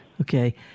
Okay